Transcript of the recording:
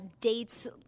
dates